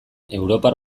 europar